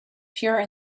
pure